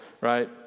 right